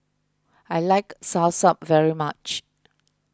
I like Soursop very much